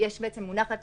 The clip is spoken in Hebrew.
מונחת